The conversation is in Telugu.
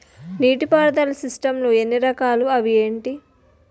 నీటిపారుదల సిస్టమ్ లు ఎన్ని రకాలు? అవి ఏంటి?